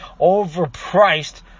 overpriced